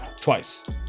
twice